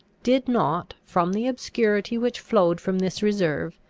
did not, from the obscurity which flowed from this reserve,